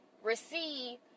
receive